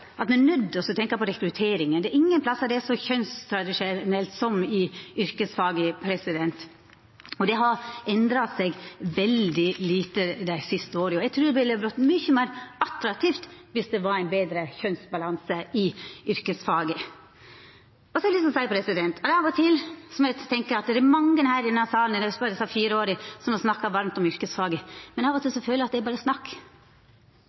må me tenkja på at me er nøydde til å tenkja på rekruttering. Det er ingen stader det er så kjønnstradisjonelt som i yrkesfaga. Det har endra seg veldig lite dei siste åra. Eg trur det ville vore mykje meir attraktivt dersom det var ein betre kjønnsbalanse i yrkesfaga. Så har eg lyst til å seia: Av og til må eg tenkja at det er mange her i denne salen i løpet av desse fire åra som har snakka varmt om yrkesfaga, men av og til føler eg at det er berre snakk,